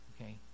Okay